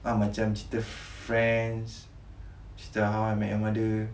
ah macam cerita friends cerita how I met your mother